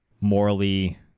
morally